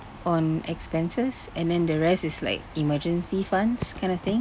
on expenses and then the rest is like emergency funds kind of thing